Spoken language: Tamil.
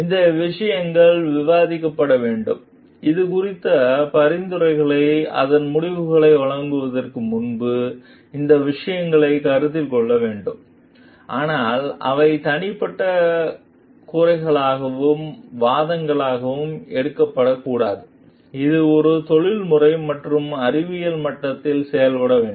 இந்த விஷயங்கள் விவாதிக்கப்பட வேண்டும் இது குறித்த பரிந்துரைகளை அதன் முடிவுகளை வழங்குவதற்கு முன்பு இந்த விஷயங்களை கருத்தில் கொள்ள வேண்டும் ஆனால் அவை தனிப்பட்ட குறைகளாகவும் வாதங்களாகவும் எடுக்கப்படக்கூடாது அது ஒரு தொழில்முறை மற்றும் அறிவியல் மட்டத்தில் செய்யப்பட வேண்டும்